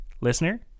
listener